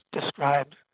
described